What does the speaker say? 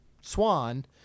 Swan